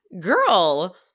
Girl